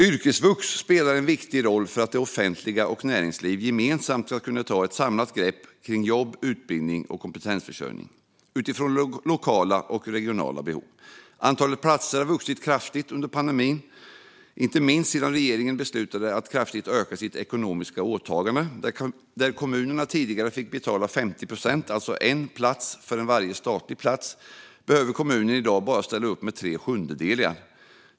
Yrkesvux spelar en viktig roll för att det offentliga och näringslivet gemensamt ska kunna ta ett samlat grepp kring jobb, utbildning och kompetensförsörjning utifrån lokala och regionala behov. Antalet platser har vuxit kraftigt under pandemin, inte minst sedan regeringen beslutade att öka sitt ekonomiska åtagande. Där kommunerna tidigare fick betala 50 procent, alltså en kommunal plats för varje statlig plats, behöver kommunen i dag bara ställa upp med tre sjundedelar.